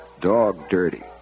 dog-dirty